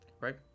right